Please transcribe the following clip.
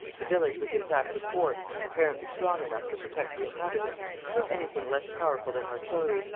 the village was in fact a fort, apparently strong enough to protect the inhabitants from anything less powerful than artillery,